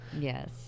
Yes